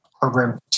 program